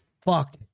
fuck-